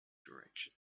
direction